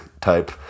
type